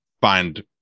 find